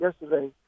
yesterday